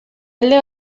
alde